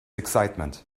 excitement